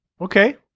Okay